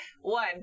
One